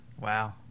wow